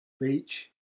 beach